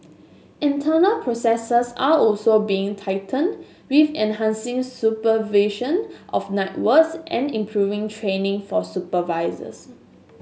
internal processes are also being tightened with enhancing supervision of night works and improving training for supervisors